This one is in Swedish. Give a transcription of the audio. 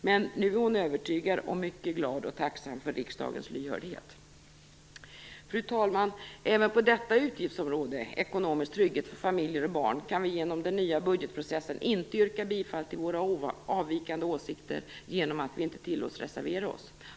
Men nu är hon övertygad och mycket glad och tacksam för riksdagens lyhördhet. Fru talman! Även på detta utgiftsområde, ekonomisk trygghet för familjer och barn, kan vi genom den nya budgetprocessen inte yrka bifall till våra avvikande åsikter genom att vi inte tillåts reservera oss.